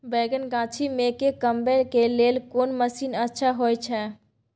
बैंगन गाछी में के कमबै के लेल कोन मसीन अच्छा होय छै?